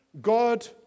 God